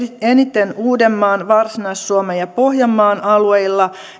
eniten uudenmaan varsinais suomen ja pohjanmaan alueilla